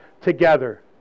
together